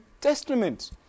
Testament